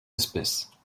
espèces